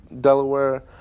Delaware